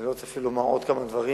אני לא רוצה אפילו לומר עוד כמה דברים,